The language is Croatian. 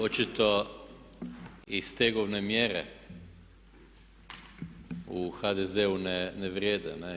Očito i stegovne mjere u HDZ-u ne vrijede ne'